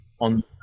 on